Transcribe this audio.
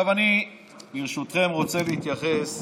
ברשותכם, אני רוצה להתייחס